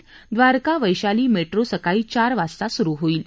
Dwarka Vaishali metro सकाळी साडेचार वाजता सुरु होईल